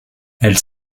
elle